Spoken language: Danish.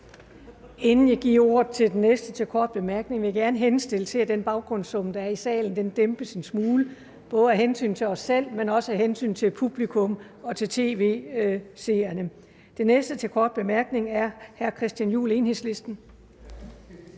Inden jeg giver ordet til den næste for en kort bemærkning, vil jeg gerne henstille til, at den baggrundssummen, der er i salen, dæmpes en smule, både af hensyn til os selv og af hensyn til publikum og til tv-seerne. Den næste for en kort bemærkning er hr. Christian Juhl, Enhedslisten.